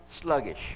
sluggish